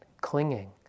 clinging